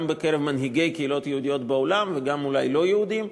גם בקרב מנהיגי קהילות יהודיות בעולם וגם אולי לא יהודים,